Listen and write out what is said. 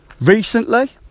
recently